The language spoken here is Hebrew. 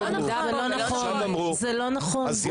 לא נכון.